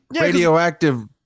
radioactive